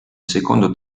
secondo